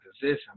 position